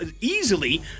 easily